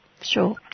Sure